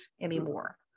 anymore